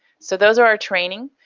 so those are our training.